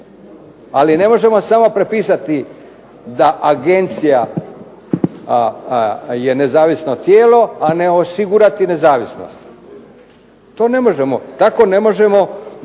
Ali ne možemo samo prepisati da agencija je nezavisno tijelo, a ne osigurati nezavisnost. To ne možemo, tako ne možemo